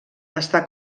està